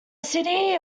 city